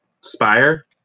spire